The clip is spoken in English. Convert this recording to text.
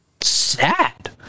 sad